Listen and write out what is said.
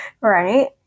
Right